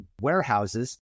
warehouses